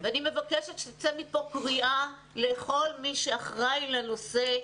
אני מבקשת שתצא מפה קריאה לכל מי שאחראי לנושא.